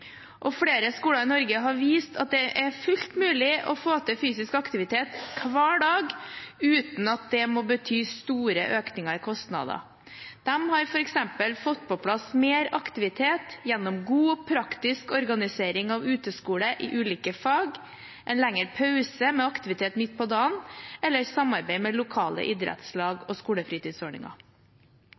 helse. Flere skoler i Norge har vist at det er fullt mulig å få til fysisk aktivitet hver dag uten at det må bety store økninger i kostnader. De har f.eks. fått på plass mer aktivitet gjennom god praktisk organisering av uteskole i ulike fag, en lengre pause med aktivitet midt på dagen eller samarbeid med lokale idrettslag og skolefritidsordninger.